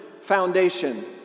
Foundation